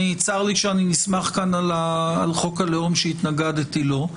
צר לי שאני נסמך כאן על חוק הלאום, שהתנגדתי לו,